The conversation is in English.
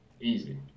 Easy